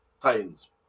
Titans